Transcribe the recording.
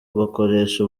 bakoresha